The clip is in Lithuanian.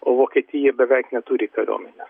o vokietija beveik neturi kariuomenės